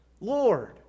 Lord